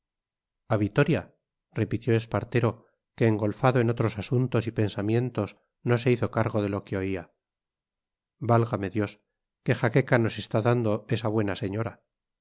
a vitoria repitió espartero que engolfado en otros asuntos y pensamientos no se hizo cargo de lo que oía válgame dios qué jaqueca nos está dando esa buena señora